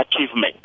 achievement